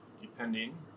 depending